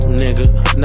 nigga